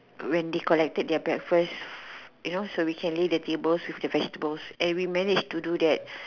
when they collected their breakfast you know so we can lay the tables with the vegetables and we managed to do that